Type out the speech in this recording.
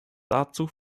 dazu